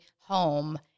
home